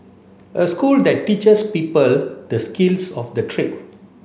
a school that teaches people the skills of the trade